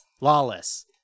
Lawless